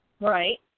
Right